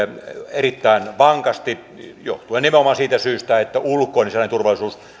erittäin vankasti johtuen nimenomaan siitä syystä että ulkoinen ja sisäinen turvallisuus